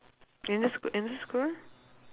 in which school in which school